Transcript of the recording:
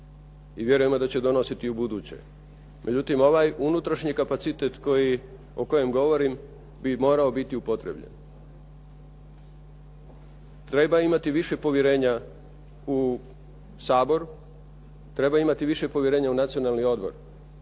i vjerujemo da će donositi i u buduće. Međutim, ovaj unutrašnji kapacitet o kojem govorim bi morao biti upotrijebljen. Treba imati više povjerenja u Sabor, treba imati više povjerenja u Nacionalni odbor.